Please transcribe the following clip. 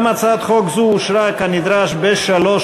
גם הצעת חוק זו אושרה כנדרש בשלוש